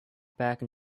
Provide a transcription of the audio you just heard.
back